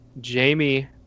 jamie